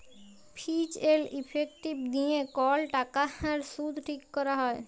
ফিজ এল্ড ইফেক্টিভ দিঁয়ে কল টাকার সুদ ঠিক ক্যরা হ্যয়